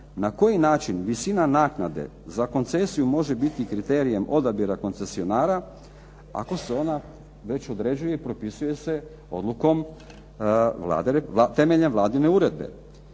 na koji način visina naknade za koncesiju može biti kriterijem odabira koncesionara, ako se ona već određuje i propisuje se temeljem vladine uredbe.